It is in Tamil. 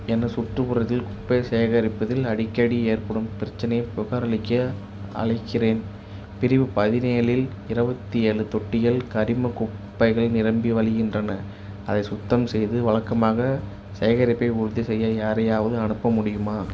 எனது சுற்றுப்புறத்தில் குப்பை சேகரிப்பதில் அடிக்கடி ஏற்படும் பிரச்சனையைப் புகாரளிக்க அழைக்கிறேன் பிரிவு பதினேழில் இரவத்தியேழு தொட்டிகள் கரிமக் குப்பைகள் நிரம்பி வழிகின்றன அதை சுத்தம் செய்து வழக்கமாக சேகரிப்பை உறுதி செய்ய யாரையாவது அனுப்ப முடியுமா